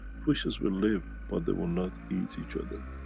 fishes will live but they will not eat each other.